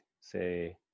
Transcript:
say